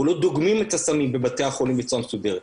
אנחנו לא דוגמים את הסמים בבתי החולים בצורה מסודרת.